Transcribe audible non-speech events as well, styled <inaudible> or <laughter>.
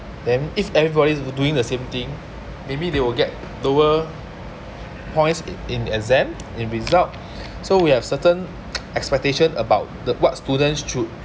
then if everybody's doing the same thing maybe they will get lower points in in exam in result so we have certain <noise> expectation about the what students should